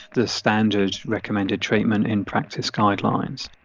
the standard recommended treatment in practice guidelines.